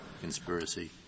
conspiracy